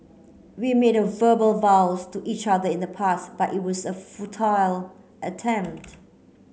we made a verbal vows to each other in the past but it was a futile attempt